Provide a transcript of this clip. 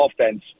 offense